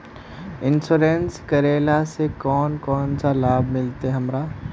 Insurance करेला से कोन कोन सा लाभ मिलते हमरा?